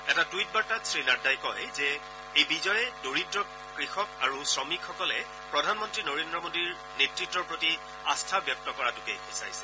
এটা টুইটত শ্ৰীনাড্ডাই কয় যে এই বিজয়ে দৰিদ্ৰ কৃষক আৰু শ্ৰমিকসকলে প্ৰধানমন্ত্ৰী নৰেন্দ্ৰ মোদীৰ নেতৃত্বৰ প্ৰতি আস্থা ব্যক্ত কৰাটোকে সূচাইছে